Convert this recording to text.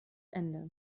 ende